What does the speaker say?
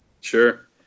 Sure